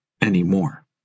anymore